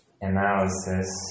analysis